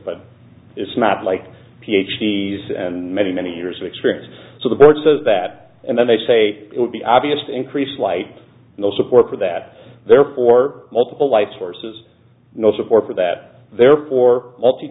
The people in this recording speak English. but it's not like ph c's and many many years of experience so the bird says that and then they say it would be obvious to increase light no support for that there for multiple light sources no support for that therefore multi